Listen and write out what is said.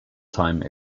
time